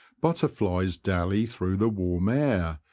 butterflies dally through the warm air,